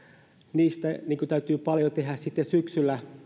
niistä täytyy paljon tehdä sitten syksyllä